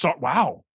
Wow